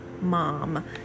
mom